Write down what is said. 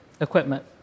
equipment